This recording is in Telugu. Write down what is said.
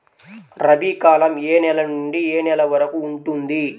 రబీ కాలం ఏ నెల నుండి ఏ నెల వరకు ఉంటుంది?